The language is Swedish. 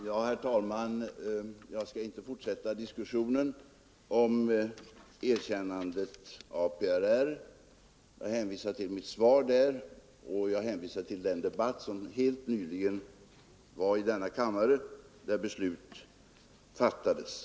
Herr talman! Jag skall inte fortsätta diskussionen om erkännande av PRR; jag hänvisar till mitt svar och till den debatt som helt nyligen hölls i denna kammare, då beslut fattades.